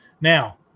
Now